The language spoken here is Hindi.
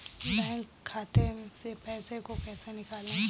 बैंक खाते से पैसे को कैसे निकालें?